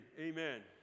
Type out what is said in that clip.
Amen